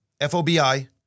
F-O-B-I